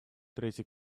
третий